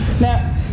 Now